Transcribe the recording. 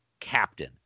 captain